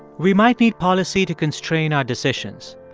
we might need policy to constrain our decisions.